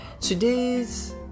Today's